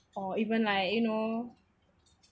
or even like you know